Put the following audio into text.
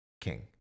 king